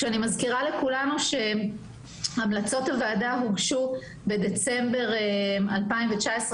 אני מזכירה לכולנו שהמלצות הוועדה הוגשו בדצמבר 2019,